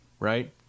Right